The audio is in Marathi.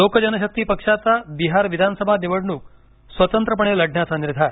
लोक जनशक्ती पक्षाचा बिहार विधानसभा निवडणूक स्वतंत्रपणे लढण्याचा निर्धार